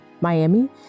Miami